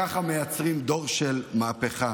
ככה מייצרים דור של מהפכה.